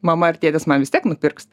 mama ar tėtis man vis tiek nupirks